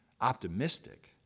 optimistic